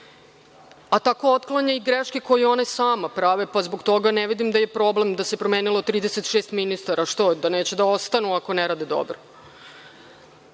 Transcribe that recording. a tako otklanja i greške koje one same prave, pa zbog toga ne vidim da je problem da se promenilo 36 ministara. Što? Da neće da ostanu ako ne rade dobro?